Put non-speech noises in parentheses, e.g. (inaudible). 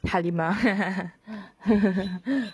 halimah (laughs)